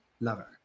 Lover